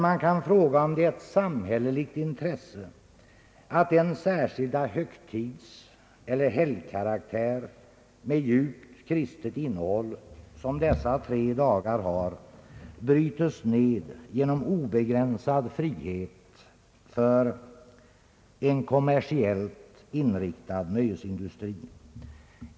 Man kan fråga om det är ett samhälleligt intresse att den särskilda högtidseller helgkaraktär med djupt kristet innehåll, som dessa tre dagar har, brytes ned genom obegränsad frihet för en kommersiellt inriktad nöjesindustri.